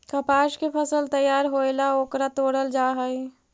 कपास के फसल तैयार होएला ओकरा तोडल जा हई